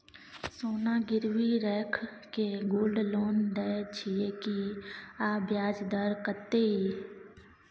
सोना गिरवी रैख के गोल्ड लोन दै छियै की, आ ब्याज दर कत्ते इ?